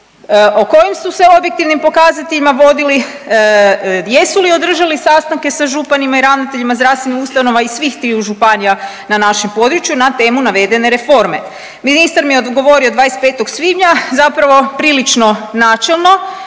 o kojim su se objektivnim pokazateljima vodili, jesu li održali sastanke sa županima i ravnateljima zdravstvenih ustanova iz svih tih županija na našem području na temu navedene reforme. Ministar mi je odgovorio 25. svibnja zapravo prilično načelno